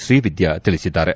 ಶ್ರೀವಿದ್ಯಾ ತಿಳಿಸಿದ್ದಾರೆ